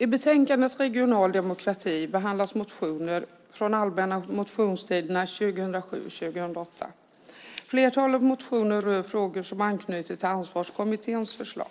I betänkandet Regional demokrati behandlas motioner från allmänna motionstiderna 2007 och 2008. Flertalet motioner rör frågor som anknyter till Ansvarskommitténs förslag.